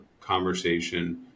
conversation